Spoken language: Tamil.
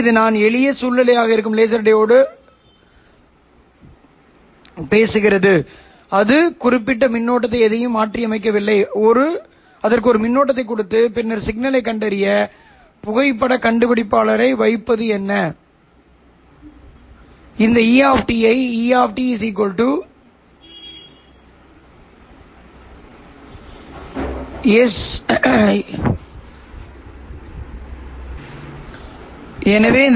இது 19900 மெகாஹெர்ட்ஸ் முதல் 2800 மெகாஹெர்ட்ஸ் வரை எங்கும் இருக்கும் இது ஆப்டிகல் சிக்னல்களில் நான் கருதுகின்ற ஒரு எடுத்துக்காட்டு அதிர்வெண் இந்த அதிர்வெண் மிகவும் வேறுபட்டது ஆனால் நீங்கள் ωs மற்றும் ωLo இரண்டையும் பெரிதாக இருப்பதற்கும் ωLo தோராயமாக ωs ஆகவும் எடுத்துக் கொண்டால் இந்த சமிக்ஞை நாங்கள் இங்கே எழுதியது அல்ல